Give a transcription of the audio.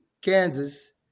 Kansas